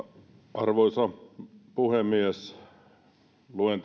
arvoisa puhemies luen